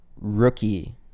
rookie